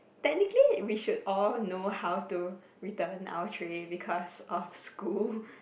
technically we should all know how to return our tray because our school